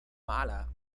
maler